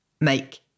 make